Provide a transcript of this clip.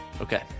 Okay